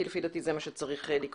כי לפי דעתי זה מה שצריך לקרות.